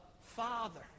Father